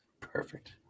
Perfect